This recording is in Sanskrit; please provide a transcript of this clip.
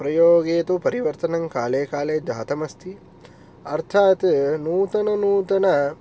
प्रयोगे तु परिवर्तनङ्काले काले जातमस्ति अर्थात् नूतन नूतन